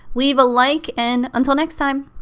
leave a like and until next time